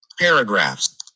Paragraphs